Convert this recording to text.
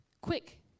quick